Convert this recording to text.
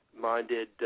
minded